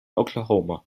oklahoma